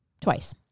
twice